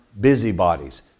busybodies